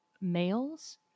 males